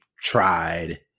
tried